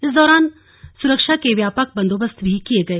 इस दौरान सुरक्षा के व्यापक बंदोबस्त भी किये गए